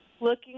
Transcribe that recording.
looking